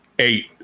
eight